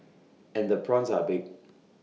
and the prawns are big